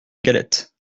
galette